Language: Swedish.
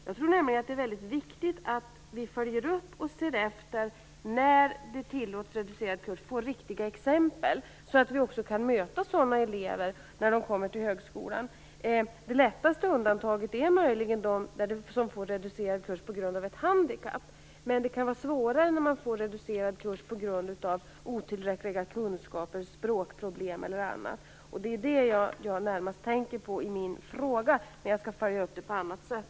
Jag tror nämligen att det är väldigt viktigt att vi följer upp och ser efter när reducerad kurs tillåts - att vi får riktiga exempel. Då kan vi också möta sådana elever när de kommer till högskolan. Det lättaste undantaget är möjligen de som får reducerad kurs på grund av ett handikapp. Det kan vara svårare när man får reducerad kurs på grund av otillräckliga kunskaper, språkproblem eller annat. Det är närmast detta jag tänker på i min fråga. Jag skall följa upp den på annat sätt.